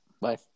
Bye